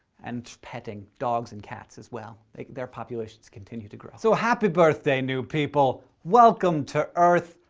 and petting dogs and cats as well their populations continue to grow. so happy birthday new people, welcome to earth.